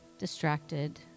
distracted